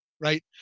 Right